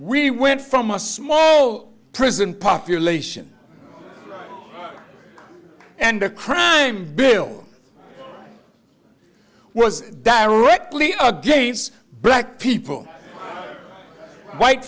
we went from a small oh prison population and the crime bill was directly against black people white